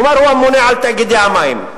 כלומר הוא הממונה על תאגידי המים,